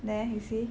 there you see